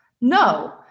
no